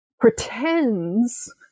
pretends